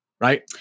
right